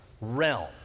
realm